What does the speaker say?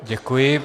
Děkuji.